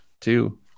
two